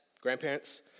grandparents